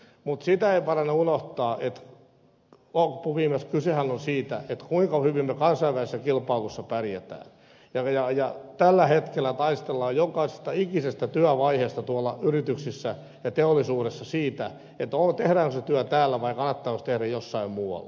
mutta sitä ei parane unohtaa että loppuviimeksi kysehän on siitä kuinka hyvin me kansainvälisessä kilpailuissa pärjäämme ja tällä hetkellä taistellaan joka ikisessä työvaiheessa yrityksissä ja teollisuudessa siitä tehdäänkö se työ täällä vai kannattaako se tehdä jossain muualla